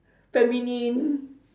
feminine